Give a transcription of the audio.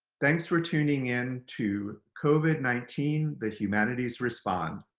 thanks for tuning in to covid nineteen the humanities respond.